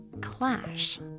clash